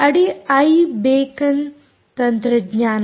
ಅಡಿ iBeacon ತಂತ್ರಜ್ಞಾನ